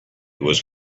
was